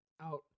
out